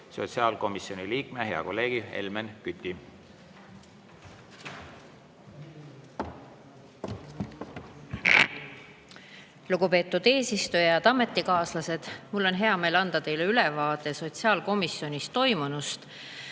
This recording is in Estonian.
sotsiaalkomisjoni liikme, hea kolleegi Helmen Küti. Lugupeetud eesistuja! Head ametikaaslased! Mul on hea meel anda teile ülevaade sotsiaalkomisjonis toimunust,